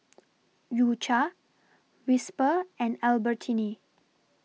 U Cha Whisper and Albertini